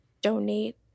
donate